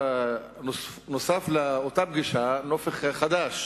נוסף לאותה פגישה נופך חדש.